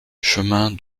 chemin